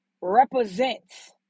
represents